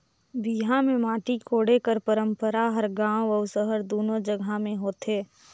बिहा मे माटी कोड़े कर पंरपरा हर गाँव अउ सहर दूनो जगहा मे होथे